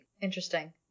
Interesting